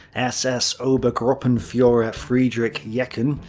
ss obergruppenfuhrer ah friedrich jeckeln,